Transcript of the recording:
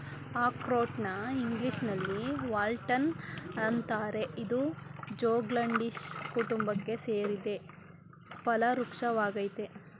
ಅಖ್ರೋಟ್ನ ಇಂಗ್ಲೀಷಿನಲ್ಲಿ ವಾಲ್ನಟ್ ಅಂತಾರೆ ಇದು ಜ್ಯೂಗ್ಲಂಡೇಸೀ ಕುಟುಂಬಕ್ಕೆ ಸೇರಿದ ಫಲವೃಕ್ಷ ವಾಗಯ್ತೆ